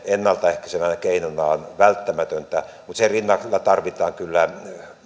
ennalta ehkäisevänä keinona on välttämätöntä mutta sen rinnalla tarvitaan kyllä